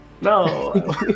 No